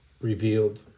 revealed